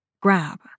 grab